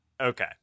Okay